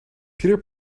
peter